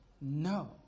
No